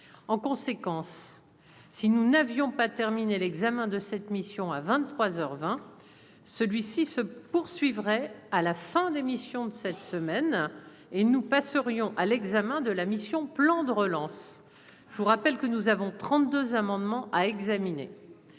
en conséquence. Si nous n'avions pas terminé l'examen de cette mission à 23 heures 20, celui-ci se poursuivrait à la fin d'émission de cette semaine et nous passerions à l'examen de la mission, plan de relance, je vous rappelle que nous avons 32 amendements à examiner,